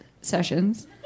sessions